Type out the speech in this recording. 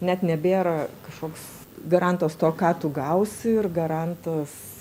net nebėra kažkoks garantas to ką tu gausi ir garantas